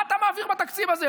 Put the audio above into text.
מה אתה מעביר בתקציב הזה,